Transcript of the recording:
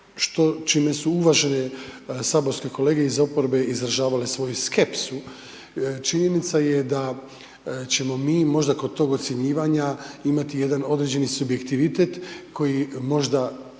čime su uvažene saborske kolege iz oporbe izražavale svoju skepsu činjenica je da ćemo mi možda kod tog ocjenjivanja imati jedan određeni subjektivitet koji možda